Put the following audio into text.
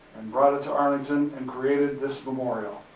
and brought it to arlington, and created this memorial.